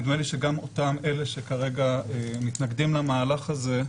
נדמה לי שגם אותם אלה שכרגע מתנגדים למהלך הזה,